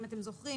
אם אתם זוכרים,